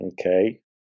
Okay